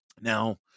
Now